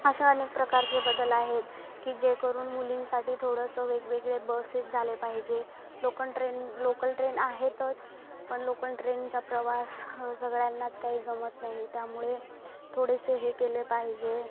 असे अनेक प्रकारचे बदल आहेत की जे करून मुलींसाठी थोडंसं वेगवेगळे बसेस झाले पाहिजे लोकल ट्रेन लोकल ट्रेन आहेतच पण लोकल ट्रेनचा प्रवास सगळ्यांनाच काही जमत नाही त्यामुळे थोडेसे हे केले पाहिजे